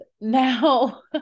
now